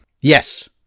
Yes